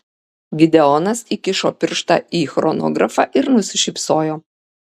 gideonas įkišo pirštą į chronografą ir nusišypsojo